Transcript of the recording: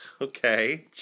okay